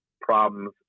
problems